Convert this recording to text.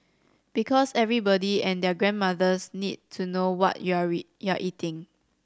because everybody and their grandmothers need to know what you're read you're eating